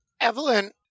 Evelyn